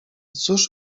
cóż